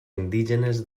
indígenes